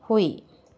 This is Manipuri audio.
ꯍꯨꯏ